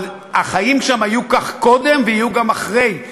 אבל החיים שם היו כך קודם ויהיו גם אחרי,